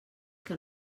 que